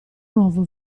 nuovo